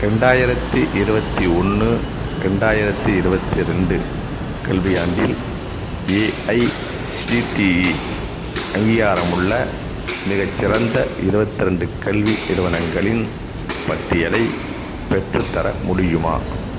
ரெண்டாயிரத்து இருபத்தி ஒன்று ரெண்டாயிரத்து இருபத்தி ரெண்டு கல்வியாண்டில் ஏஐசிடிஇ அங்கீகாரமுள்ள மிகச்சிறந்த இருபத்ரெண்டு கல்வி நிறுவனங்களின் பட்டியலை பெற்றுத்தர முடியுமா